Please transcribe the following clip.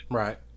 right